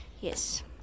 Yes